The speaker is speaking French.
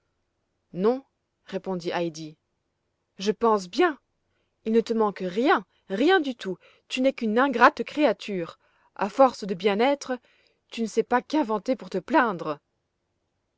non répondit heidi je pense bien il ne te manque rien rien du tout tu n'es qu'une ingrate créature à force de bien-être tu ne sais pas qu'inventer pour te plaindre